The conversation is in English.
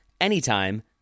anytime